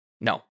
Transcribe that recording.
No